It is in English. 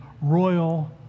royal